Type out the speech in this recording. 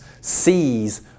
sees